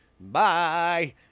bye